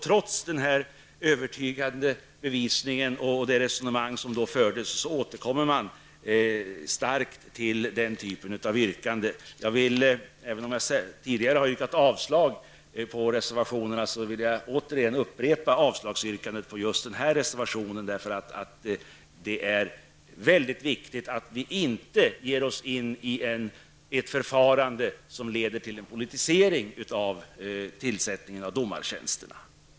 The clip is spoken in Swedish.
Trots den övertygande bevisningen och det resonemang som fördes återkommer man starkt till den typen av yrkande. Även om jag redan tidigare har yrkat avslag på reservationerna, vill jag återigen upprepa avslagsyrkandet till denna reservation. Det är viktigt att vi inte ger oss in i ett förfarande som leder till en politisering av tillsättningen av domaretjänsterna.